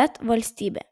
bet valstybė